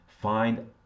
Find